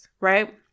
right